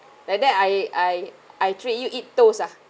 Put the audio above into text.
like that I I I treat you eat toast ah